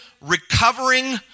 recovering